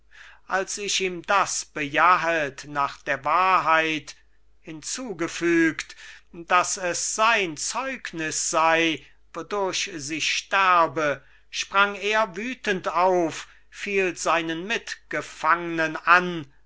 als ich ihm das bejahet nach der wahrheit hinzugefügt daß es sein zeugnis sei wodurch sie sterbe sprang er wütend auf fiel seinen mitgefangnen an